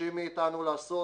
דורשים מאיתנו לעשות